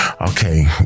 okay